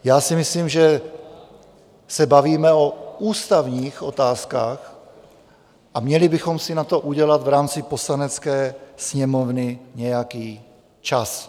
Já si myslím, že se bavíme o ústavních otázkách, a měli bychom si na to udělat v rámci Poslanecké sněmovny nějaký čas.